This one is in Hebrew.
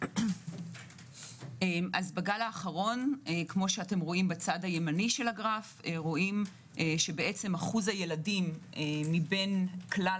בגל האחרון רואים שאחוז הילדים מבין כלל